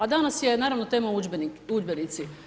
A danas je naravno, tema udžbenici.